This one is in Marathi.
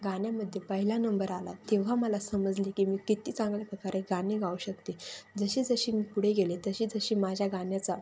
गाण्यामध्ये पहिला नंबर आला तेव्हा मला समजली की मी किती चांगल्या प्रकारे गाणे गाऊ शकते जशी जशी मी पुढे गेले तशी तशी माझ्या गाण्याचा